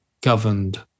governed